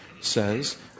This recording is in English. Says